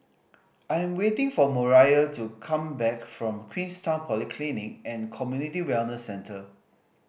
I am waiting for Moriah to come back from Queenstown Polyclinic and Community Wellness Centre